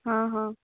ହଁ ହଁ